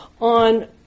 on